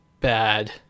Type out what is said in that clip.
bad